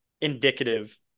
indicative